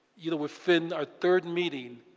you know within our third meeting,